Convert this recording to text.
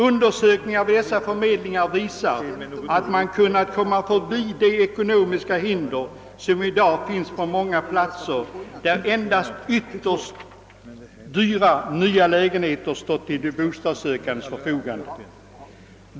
Undersökningar vid dessa förmedlingar visar att man kunnat gå förbi de ekonomiska hinder, som i dag finns på många platser där endast ytterst dyra nya lägenheter stått till de bostadssökandes förfogande.